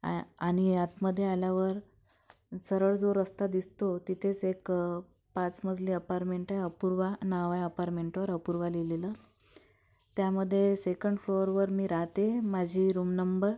आहे आणि आतमध्ये आल्यावर सरळ जो रस्ता दिसतो तिथेच एक पाच मजली अपारमेंट आहे अपूर्वा नाव आहे अपारमेंटवर अपूर्वा लिहिलेलं त्यामध्ये सेकंड फ्लोअरवर मी राहते माझी रूम नंबर